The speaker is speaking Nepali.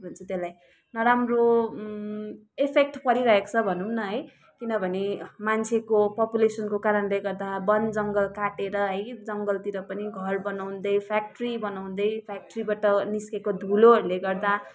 के भन्छ त्यसलाई नराम्रो एफेक्ट परिरहेको छ भनौँ न है किनभने मान्छेको पपुलेसनको कारणले गर्दा बन जङ्गल काटेर है जङ्गलतिर पनि घर बनाउँदै फ्याक्ट्री बनाउँदै फ्याक्ट्रीबाट निस्केको धुलोहरूले गर्दा